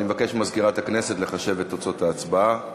אני מבקש ממזכירת הכנסת לחשב את תוצאות ההצבעה.